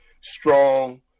strong